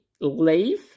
leave